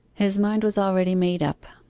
his mind was already made up.